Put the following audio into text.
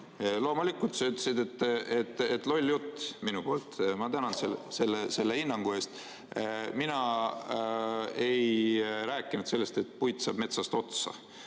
Loomulikult sa ütlesid, et loll jutt minu poolt. Ma tänan selle hinnangu eest! Mina ei rääkinud sellest, et puit saab metsas otsa.